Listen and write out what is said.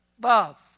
love